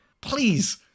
Please